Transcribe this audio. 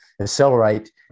accelerate